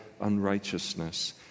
unrighteousness